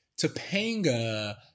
Topanga